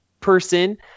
person